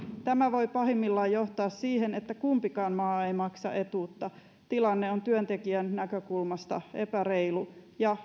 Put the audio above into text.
tämä voi pahimmillaan johtaa siihen että kumpikaan maa ei maksa etuutta tilanne on työntekijän näkökulmasta epäreilu ja